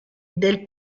del